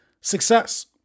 Success